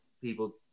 People